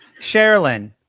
Sherilyn